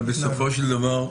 אבל בסופו של דבר,